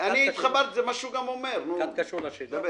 גבי, בבקשה.